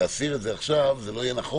שלהסיר את זה עכשיו זה לא יהיה נכון,